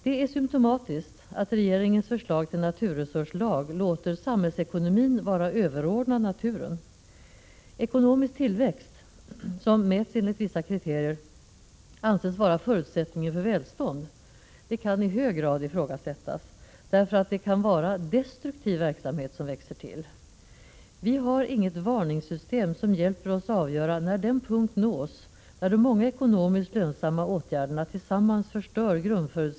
Det är symptomatiskt att regeringens förslag till naturresurslag låter samhällsekonomin vara överordnad naturen. Ekonomisk tillväxt, som mäts enligt vissa kriterier, anses vara förutsättningen för välstånd. Det kan i hög grad ifrågasättas, därför att det kan vara destruktiva verksamheter som växer till. Vi har inget varningssystem som hjälper oss avgöra när den punkten nås när de många ekonomiskt lönsamma åtgärderna tillsammans förstör grund — Prot.